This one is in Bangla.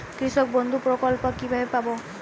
কৃষকবন্ধু প্রকল্প কিভাবে পাব?